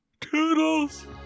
Toodles